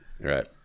Right